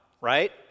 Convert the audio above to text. right